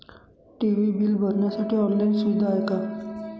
TV bill भरण्यासाठी online सुविधा आहे का?